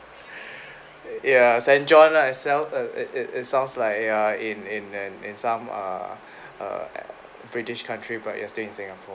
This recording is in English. ya saint john ah itself it it it sounds like ya in in in in some uh uh british country but you are still in singapore